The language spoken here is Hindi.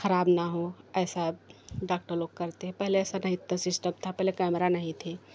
खराब ना हो ऐसा डॉक्टर लोग करते हैं पहले ऐसा नहीं इतना सिस्टम था पहले कैमरा नहीं थी